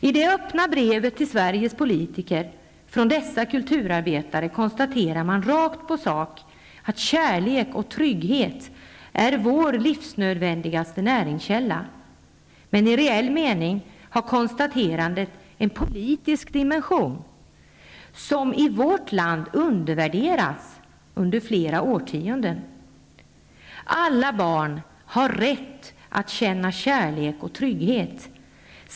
I det öppna brevet till Sveriges politiker från dessa kulturarbetare konstaterar man rakt på sak att kärlek och trygghet är vår livsnödvändigaste näringskälla. I reell mening har konstaterandet en politisk dimension som i vårt land undervärderats under flera årtionden. Alla barn har rätt att känna kärlek och trygghet.